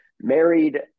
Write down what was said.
married